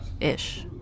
Ish